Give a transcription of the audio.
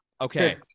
Okay